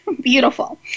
Beautiful